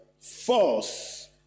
force